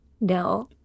no